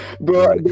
Bro